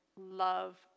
love